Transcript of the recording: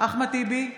אחמד טיבי,